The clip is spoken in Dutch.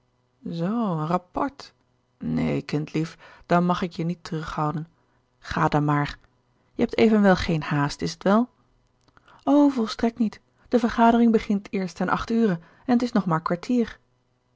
zoo een rapport neen kindlief dan mag ik je niet terughouden ga dan maar je hebt evenwel geen haast is t wel o volstrekt niet de vergadering begint eerst ten acht ure en t is nog maar kwartier